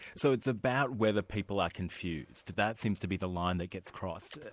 so it's about whether people are confused, that seems to be the line that gets crossed.